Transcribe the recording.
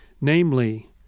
namely